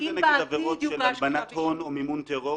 נניח זה עבירות של הלבנת הון או מימון טרור?